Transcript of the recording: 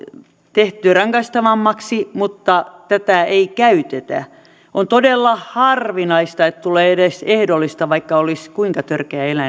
tehty rangaistavammaksi mutta tätä ei käytetä on todella harvinaista että tulee edes ehdollista vaikka olisi kuinka törkeä